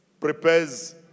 prepares